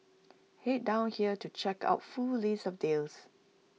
Head down here to check out full list of deals